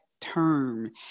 term